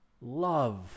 love